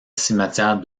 cimetière